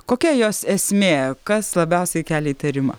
kokia jos esmė kas labiausiai kelia įtarimą